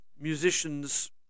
musicians